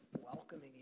welcoming